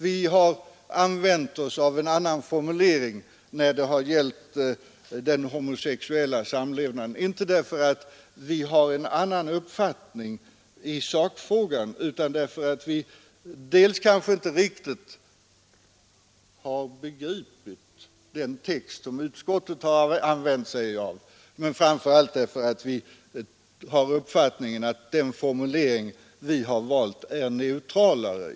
Vi har använt oss av en annan formulering när det har gällt den homosexuella samlevnaden, inte därför att vi har en annan uppfattning i sakfrågan, utan dels därför att vi kanske inte riktigt begripit den text utskottsmajoriteten skrivit, dels — och framför allt — därför att vi har uppfattningen att den formulering vi har valt är neutralare.